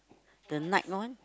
the night one